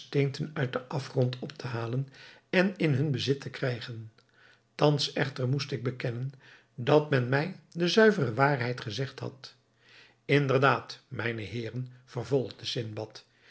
edelgesteenten uit den afgrond op te halen en in hun bezit te krijgen thans echter moest ik bekennen dat men mij de zuivere waarheid gezegd had inderdaad mijne heeren vervolgde sindbad